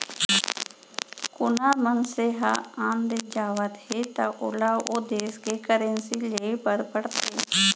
कोना मनसे ह आन देस जावत हे त ओला ओ देस के करेंसी लेय बर पड़थे